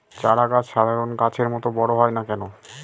চারা গাছ সাধারণ গাছের মত বড় হয় না কেনো?